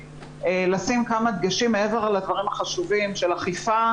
לשים כמה דגשים מעבר לדברים החשובים של אכיפת